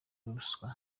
ruswa